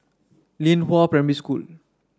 Lianhua Primary School